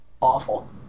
Awful